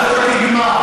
זאת הקדמה.